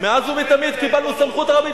מאז ומתמיד קיבלנו סמכות רבנית,